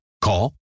Call